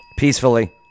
Peacefully